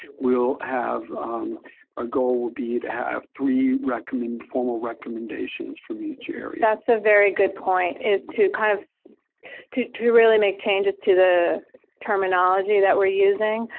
we'll have a goal would be to have three recommend formal recommendations from each area. that's a very good point, is to kind of to to really make changes to the terminology that we're using.